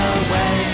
away